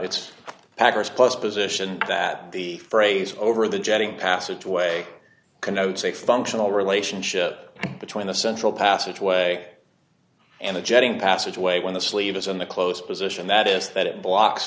it's packer's plus position that the phrase over the jetting passageway connotes a functional relationship between the central passageway and the jetting passageway when the sleeve is in the close position that is that it blocks